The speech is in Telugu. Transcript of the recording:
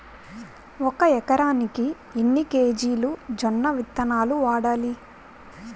ఒక ఎకరానికి ఎన్ని కేజీలు జొన్నవిత్తనాలు వాడాలి?